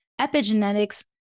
epigenetics